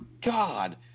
god